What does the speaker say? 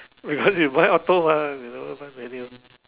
because you buy auto mah you never buy manual